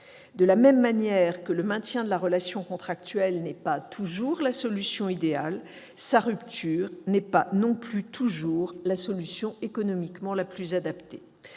De la même manière que le maintien de la relation contractuelle n'est pas toujours la solution idéale, sa rupture n'est pas toujours la solution économiquement la plus adaptée.